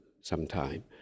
sometime